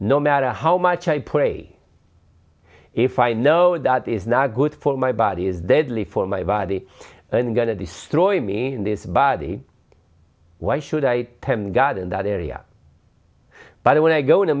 no matter how much i pray if i know that is not good for my body is deadly for my body and i'm going to destroy me in this body why should i turn god in that area but when i go on a